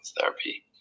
therapy